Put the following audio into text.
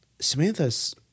Samantha's